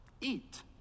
Eat